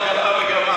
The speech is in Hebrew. לוועדת הכלכלה וגמרנו.